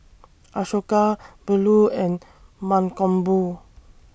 Ashoka Bellur and Mankombu